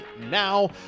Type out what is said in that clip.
now